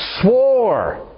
swore